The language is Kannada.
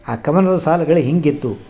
ಆ ಕವನದ ಸಾಲುಗಳು ಹೀಗಿತ್ತು